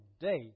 day